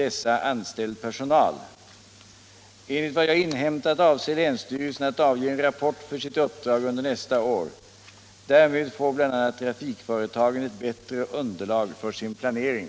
Enligt vad jag inhämtat avser länsstyrelsen att avge en rapport för sitt uppdrag under nästa år. Därmed får bl.a. trafikföretagen ett bättre underlag för sin planering.